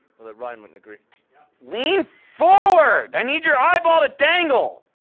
although ryan wouldn't agree lean forward! i need your eyeball to dangle!